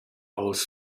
aus